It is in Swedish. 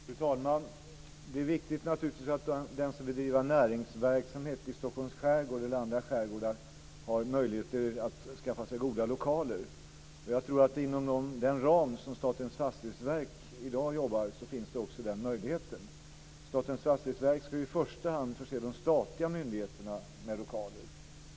Fru talman! Det är naturligtvis viktigt att den som vill bedriva näringsverksamhet i Stockholms skärgård eller i andra skärgårdar har möjlighet att skaffa sig goda lokaler. Jag tror att inom den ram som Statens fastighetsverk i dag jobbar så finns också den möjligheten. Statens fastighetsverk ska i första hand förse de statliga myndigheterna med lokaler.